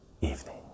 evening